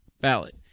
ballot